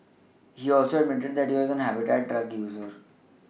he also admitted he was a habitual drug user